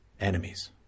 enemies